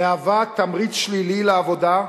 מהווה תמריץ שלילי לעבודה,